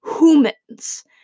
humans